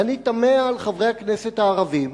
ואני תמה על חברי הכנסת הערבים